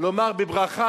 לומר בברכה,